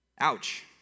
Ouch